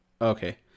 Okay